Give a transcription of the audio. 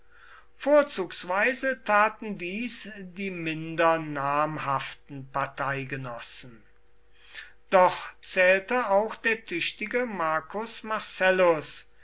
vorzugsweise taten dies die minder namhaften parteigenossen doch zählte auch der tüchtige marcus marcellus